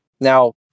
Now